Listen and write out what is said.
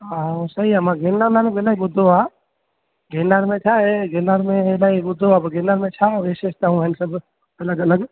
हा हा सही आहे मां गेनार लाइ बि इलाही ॿुधियो आहे गेनार में छा आहे गेनार में भई ॿुधियो आहे भई गेनार में छा विशेषताऊं आहिनि सभु अलॻि अलॻि